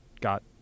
got